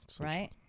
Right